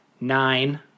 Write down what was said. Nine